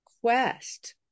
quest